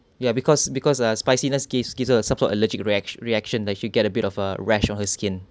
ya because because ah spiciness gives gives us some sort of allergic reaction reaction that she get a bit of a rash on her skin